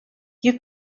you